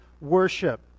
worship